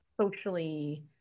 socially